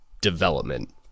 development